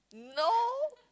no